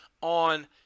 on